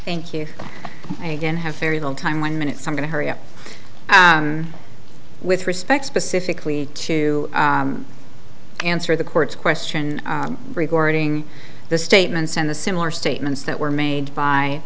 thank you again have very little time one minutes i'm going to hurry up with respect specifically to answer the court's question regarding the statements and the similar statements that were made by